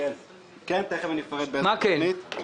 כן, ותכף אני אפרט באיזה תוכנית.